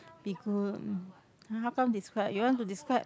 be good um ah how come describe you want to describe